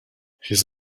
his